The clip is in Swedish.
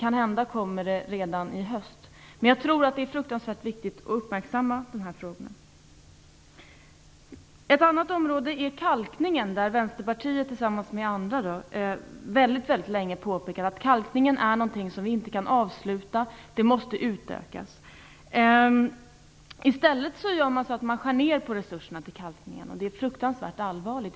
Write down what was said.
Kanhända kommer det redan i höst. Men jag tror att det är fruktansvärt viktigt att dessa frågor uppmärksammas. Ett annat område är kalkningen. Vänsterpartiet har, tillsammans med andra partier, länge påpekat att vi inte kan sluta med kalkningen. Den måste utökas. I stället skär regeringen ned på resurserna till kalkning. Det är mycket allvarligt.